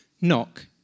Knock